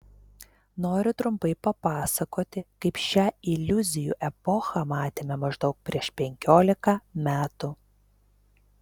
noriu trumpai papasakoti kaip šią iliuzijų epochą matėme maždaug prieš penkiolika metų